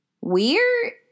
weird